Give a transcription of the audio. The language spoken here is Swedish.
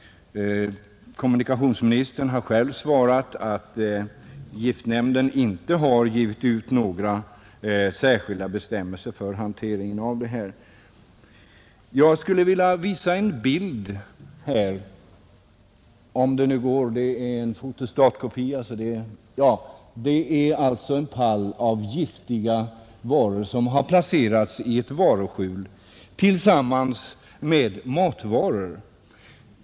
Kommunikationsministern har själv svarat att giftnämnden inte har givit ut några särskilda bestämmelser för hanteringen av giftiga ämnen. Jag skall nu på kammarens interna TV visa en bild — det är en fotostatkopia — varav framgår hur en pall med giftiga varor har placerats i ett varuskjul tillsammans med matvaror.